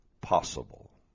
possible